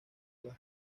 las